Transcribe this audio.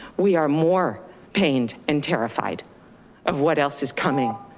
we are more pained and terrified of what else is coming,